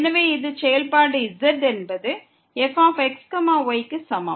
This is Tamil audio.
எனவே இது செயல்பாடு z என்பது fxy க்கு சமம்